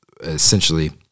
essentially